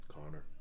Connor